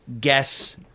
guess